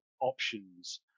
options